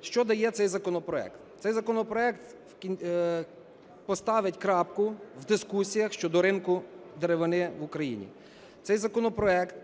Що дає цей законопроект? Цей законопроект поставить крапку в дискусіях щодо ринку деревини в Україні. Цей законопроект